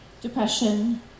depression